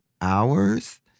Hours